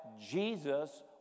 Jesus